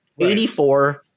84